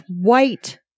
white